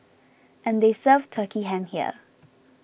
and they serve Turkey Ham here